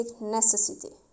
necessity